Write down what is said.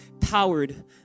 Powered